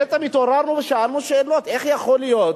בעצם התעוררנו ושאלנו שאלות: איך יכול להיות